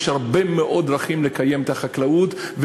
יש הרבה מאוד דרכים לקיים את החקלאות,